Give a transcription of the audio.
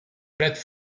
plate